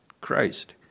Christ